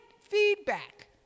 feedback